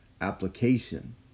application